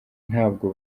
ntabwo